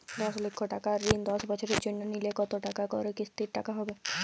দশ লক্ষ টাকার ঋণ দশ বছরের জন্য নিলে কতো টাকা করে কিস্তির টাকা হবে?